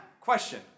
question